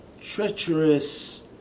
treacherous